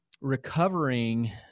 recovering